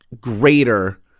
greater